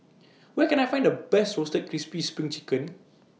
Where Can I Find The Best Roasted Crispy SPRING Chicken